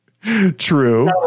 True